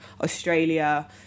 Australia